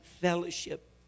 fellowship